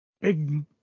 Big